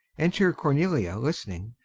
enter cornelia listening,